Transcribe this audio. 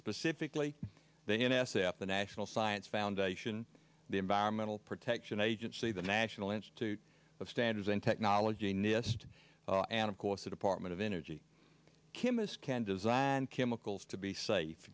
specifically the n s a at the national science foundation the environmental protection agency the national institute of standards and technology nist and of course the department of energy kim is can design chemicals to be safe